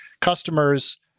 customers